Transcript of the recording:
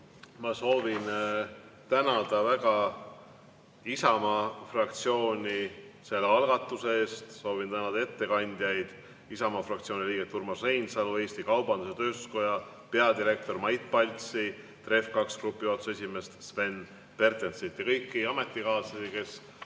Ma soovin väga tänada Isamaa fraktsiooni selle algatuse eest. Soovin tänada ettekandjaid, Isamaa fraktsiooni liiget Urmas Reinsalu, Eesti Kaubandus-Tööstuskoja peadirektorit Mait Paltsi, TREV‑2 Grupi juhatuse esimeest Sven Pertensit ja kõiki ametikaaslasi, kes